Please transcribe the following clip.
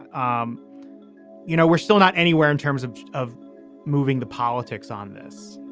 um you know, we're still not anywhere in terms of of moving the politics on this